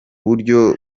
buryo